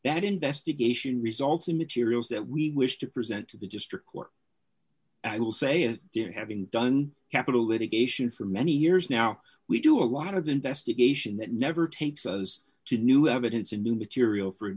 that investigation results in materials that we wish to present to the district court i will say it there having done capitol litigation for many years now we do a lot of investigation that never takes us to new evidence and new material f